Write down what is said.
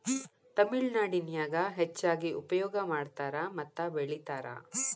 ತಮಿಳನಾಡಿನ್ಯಾಗ ಹೆಚ್ಚಾಗಿ ಉಪಯೋಗ ಮಾಡತಾರ ಮತ್ತ ಬೆಳಿತಾರ